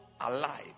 alive